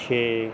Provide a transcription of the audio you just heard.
ਛੇ